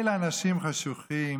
אלה אנשים חשוכים.